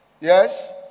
Yes